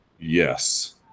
yes